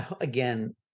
again